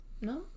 No